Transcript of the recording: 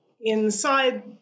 inside